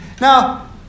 Now